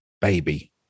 baby